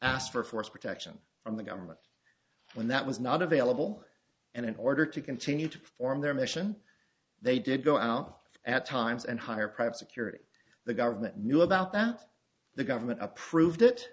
asked for force protection from the government when that was not available and in order to continue to perform their mission they did go out at times and hire private security the government knew about that the government approved it